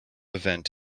event